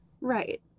right